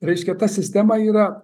reiškia ta sistema yra